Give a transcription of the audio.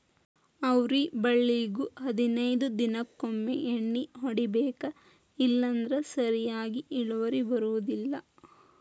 ಅವ್ರಿ ಬಳ್ಳಿಗು ಹದನೈದ ದಿನಕೊಮ್ಮೆ ಎಣ್ಣಿ ಹೊಡಿಬೇಕ ಇಲ್ಲಂದ್ರ ಸರಿಯಾಗಿ ಇಳುವರಿ ಬರುದಿಲ್ಲಾ